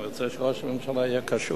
אבל אני רוצה שראש הממשלה יהיה קשוב.